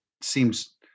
seems